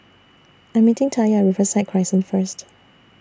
I'm meeting Taya At Riverside Crescent First